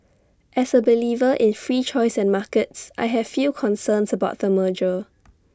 as A believer in free choice and markets I have few concerns about the merger